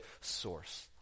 source